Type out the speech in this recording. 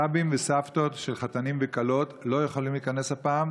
סבים וסבתות של חתנים וכלות לא יכולים להיכנס הפעם,